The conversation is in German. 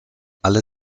alle